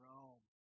Rome